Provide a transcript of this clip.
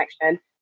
connection